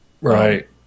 Right